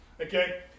Okay